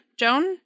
Joan